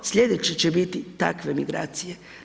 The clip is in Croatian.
To sljedeće će biti takve migracije.